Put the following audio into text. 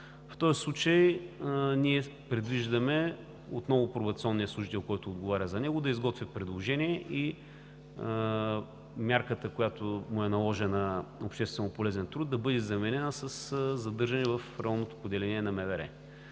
В този случай ние предвиждаме отново пробационният служител, който отговаря за него, да изготви предложение и мярката, която му е наложена – „общественополезен труд“, да бъде заменена със „задържане в районното поделение на МВР“.